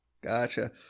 Gotcha